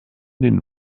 den